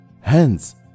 Hence